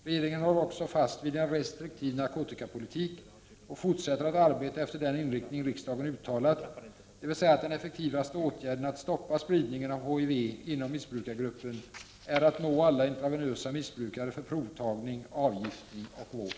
Regeringen håller också fast vid en restriktiv narkotikapolitik och fortsätter att arbeta efter den inriktning riksdagen uttalat, dvs. att den effektivaste åtgärden att stoppa spridningen av HIV inom missbrukargruppen är att nå alla som missbrukar intravenöst för provtagning, avgiftning och vård.